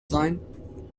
sein